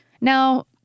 Now